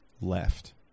left